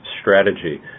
strategy